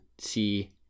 see